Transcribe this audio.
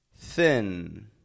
thin